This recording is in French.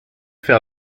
faire